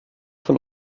von